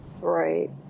Right